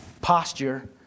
posture